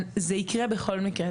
זה יקרה בכל מקרה.